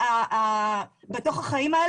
בתוך המסגרת שלנו.